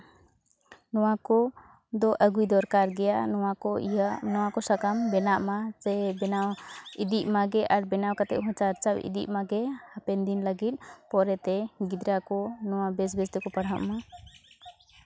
ᱱᱚᱣᱟ ᱠᱚ ᱫᱚ ᱟᱜᱩᱭ ᱫᱚᱨᱠᱟᱨ ᱜᱮᱭᱟ ᱱᱚᱣᱟ ᱠᱚ ᱤᱭᱟᱹ ᱱᱚᱣᱟ ᱠᱚ ᱥᱟᱠᱟᱢ ᱵᱮᱱᱟᱜ ᱢᱟ ᱪᱮ ᱵᱮᱱᱟᱣ ᱤᱫᱤᱜ ᱢᱟᱜᱮ ᱟᱨ ᱵᱮᱱᱟᱣ ᱠᱟᱛᱮ ᱦᱚᱸ ᱪᱟᱨᱪᱟᱣ ᱤᱫᱤᱜ ᱢᱟᱜᱮ ᱦᱟᱯᱮᱱ ᱫᱤᱱ ᱞᱟᱹᱜᱤᱫ ᱯᱚᱨᱮ ᱛᱮ ᱜᱤᱫᱽᱨᱟᱹ ᱠᱚ ᱱᱚᱣᱟ ᱵᱮᱥ ᱵᱮᱥ ᱛᱮᱠᱚ ᱯᱟᱲᱦᱟᱜ ᱢᱟ